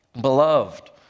Beloved